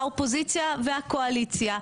האופוזיציה והקואליציה,